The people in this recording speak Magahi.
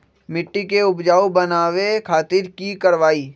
मिट्टी के उपजाऊ बनावे खातिर की करवाई?